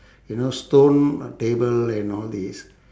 you know stone table and all these